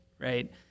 right